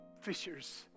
fishers